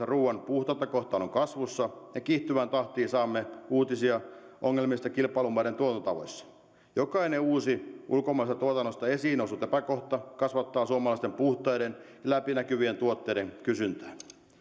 ruuan puhtautta kohtaan on kasvussa ja kiihtyvään tahtiin saamme uutisia ongelmista kilpailumaiden tuotantotavoissa jokainen uusi ulkomaisesta tuotannosta esiin noussut epäkohta kasvattaa suomalaisten puhtaiden ja läpinäkyvien tuotteiden kysyntää